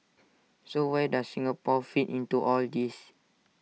so where does Singapore fit into all this